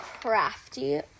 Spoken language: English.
crafty